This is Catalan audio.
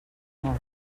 molt